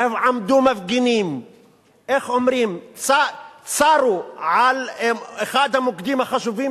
עמדו מפגינים וצרו על אחד המוקדים החשובים